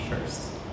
first